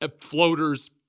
floaters